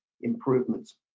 improvements